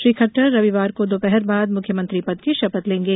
श्री खटटर रविवार को दोपहर बाद मुख्यमंत्री पद की शपथ लेंगे